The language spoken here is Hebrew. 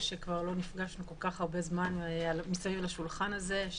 שלא נפגשנו כל כך הרבה זמן מסביב לשולחן הזה.